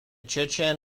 chechen